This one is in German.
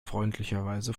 freundlicherweise